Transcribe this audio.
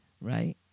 right